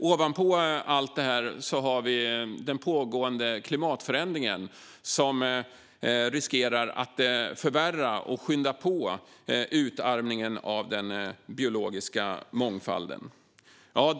Ovanpå allt detta har vi den pågående klimatförändringen, som riskerar att förvärra och skynda på utarmningen av den biologiska mångfalden.